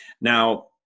Now